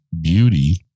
Beauty